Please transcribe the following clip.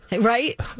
Right